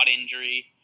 injury